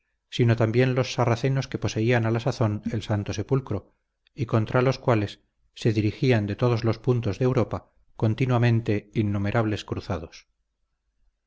sino también los sarracenos que poseían a la sazón el santo sepulcro y contra los cuales se dirigían de todos los puntos de europa continuamente innumerables cruzados